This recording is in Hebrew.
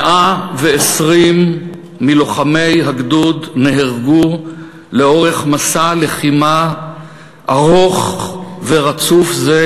120 מלוחמי הגדוד נהרגו לאורך מסע לחימה ארוך ורצוף זה,